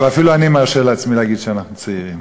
ואפילו אני מרשה לעצמי להגיד שאנחנו צעירים.